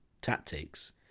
tactics